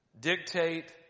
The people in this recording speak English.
dictate